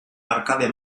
arkade